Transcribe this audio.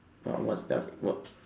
but what's they're what